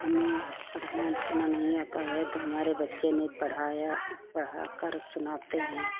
हमें पढ़ना लिखना नहीं आता है तो हमारे बच्चे ने पढ़ाया पढ़ाकर सुनाते हैं